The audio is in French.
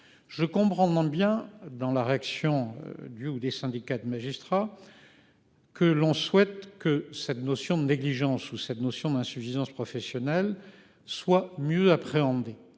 Je comprends demande bien dans la réaction du ou des syndicats de magistrats. Que l'on souhaite que cette notion de négligence ou cette notion d'insuffisance professionnelle soit mieux appréhender